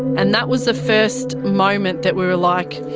and that was the first moment that we were like,